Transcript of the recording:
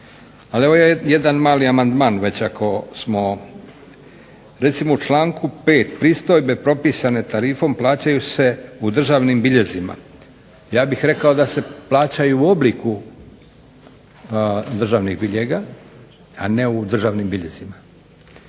ali evo jedan mali amandman ako smo. Recimo u članku 5. pristojbe propisane tarifom plaćaju se u državnim biljezima, ja bih rekao da se plaćaju u obliku državnih biljega a ne u državnim biljezima.